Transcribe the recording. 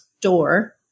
door